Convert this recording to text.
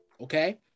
Okay